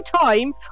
time